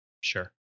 Sure